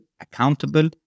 accountable